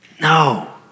No